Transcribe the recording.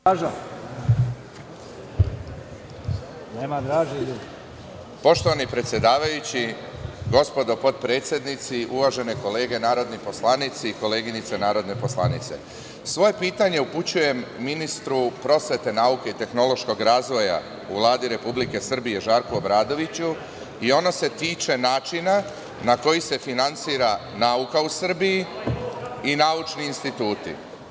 Poštovani predsedavajući, gospodo potpredsednici, uvažene kolege narodni poslanici i koleginice narodne poslanice, svoje pitanje upućujem ministru prosvete, nauke i tehnološkog razvoja u Vladi Republike Srbije Žarku Obradoviću i ona se tiče načina na koji se finansira nauka u Srbiji i naučni instituti.